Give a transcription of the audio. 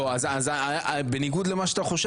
אז בניגוד למה שאתה חושב,